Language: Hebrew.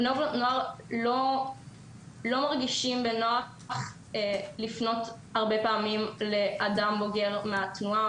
בני נוער לא מרגישים בנוח לפנות לאדם בוגר מהתנועה או